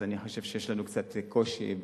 אני חושב שיש לנו קצת קושי,